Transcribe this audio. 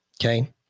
Okay